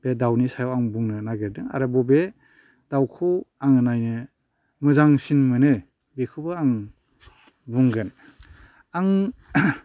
बे दाउनि सायाव आं बुंनो नागिरदों आरो बबे दाउखौ आङो नायनो मोजांसिन मोनो बेखौबो आं बुंगोन आं